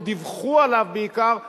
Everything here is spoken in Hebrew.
לא דיווחו עליו בעיקר,